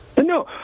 No